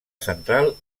central